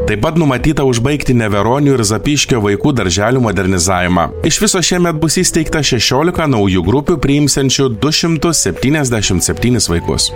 taip pat numatyta užbaigti neveronių ir zapyškio vaikų darželių modernizavimą iš viso šiemet bus įsteigta šešiolika naujų grupių priimsiančių du šimtus septyniasdešim septynis vaikus